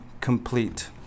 complete